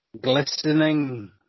glistening